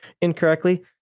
incorrectly